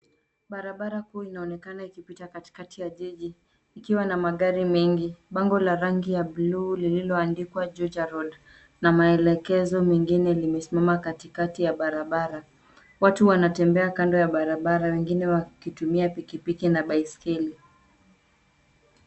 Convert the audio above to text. Barabara kuu inaonekana ikipita katikati ya jiji, ikiwa na magari mengi. Bango la rangi ya buluu lililoandikwa Juja Road na maelekezo mengine limesimama katikati ya barabara . Watu wanatembea kando ya barabara wengine wakitumia pikipiki na baiskeli.